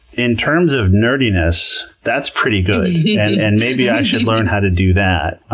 in terms of nerdiness, that's pretty good and maybe i should learn how to do that.